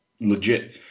legit